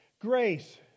Grace